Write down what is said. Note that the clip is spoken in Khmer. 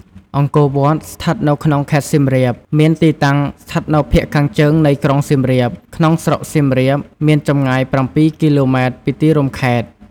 អង្គរវត្ត ស្ថិតនៅក្នុងខេត្តសៀមរាបមានទីតាំងស្ថិតនៅភាគខាងជើងនៃក្រុងសៀមរាប ក្នុងស្រុកសៀមរាប មានចម្ងាយ ៧ គីឡូម៉ែត្រ ពីទីរួមខេត្ត។